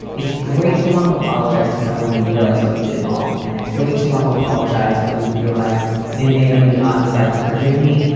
it's great to want to apologize to someone when you realize what you did wrong. and it's great to want to apologize when you realize they may or may not decide to forgive me.